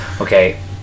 Okay